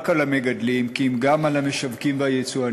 על המגדלים כי אם גם על המשווקים והיצואנים,